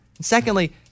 secondly